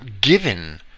given